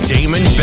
Damon